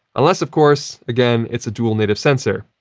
unless, of course, again, it's a dual-native sensor,